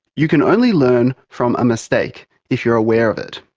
you can only learn from a mistake if you are aware of it.